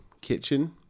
kitchen